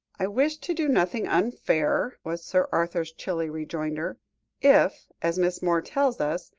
i wish to do nothing unfair, was sir arthur's chilly rejoinder if, as miss moore tells us,